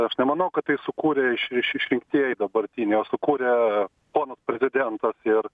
aš nemanau kad tai sukūrė iš iš išrinktieji dabartiniai o sukūrė ponas prezidentas ir